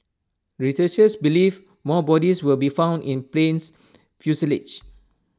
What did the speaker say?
researchers believe more bodies will be found in plane's fuselage